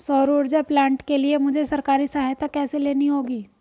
सौर ऊर्जा प्लांट के लिए मुझे सरकारी सहायता कैसे लेनी होगी?